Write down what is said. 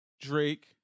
Drake